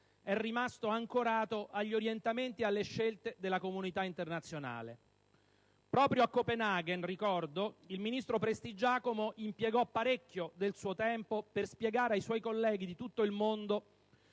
è rimasto ancorato agli orientamenti ed alle scelte della comunità internazionale. Ricordo che proprio a Copenaghen il ministro Prestigiacomo impiegò parecchio del suo tempo a spiegare ai suoi colleghi di tutto il mondo